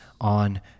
on